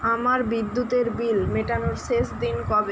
আমার বিদ্যুৎ এর বিল মেটানোর শেষ দিন কবে